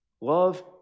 Love